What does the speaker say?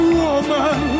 woman